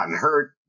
hurt